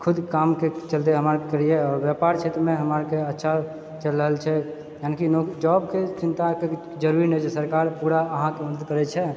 खुद कामके चलते हमरा आरके लिए आओर व्यापार क्षेत्र हमरा आरके लिए अच्छा चलि रहल छै यानि कि नओ जॉबके चिन्ता जरूरी नहि छै सरकार पूरा अहाँकेँ मदद करैत छै